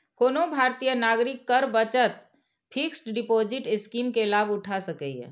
कोनो भारतीय नागरिक कर बचत फिक्स्ड डिपोजिट स्कीम के लाभ उठा सकैए